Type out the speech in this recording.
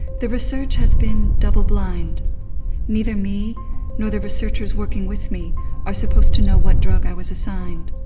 the research has been double-blind neither me nor the researchers working with me are supposed to know what drug i was assigned.